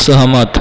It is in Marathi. सहमत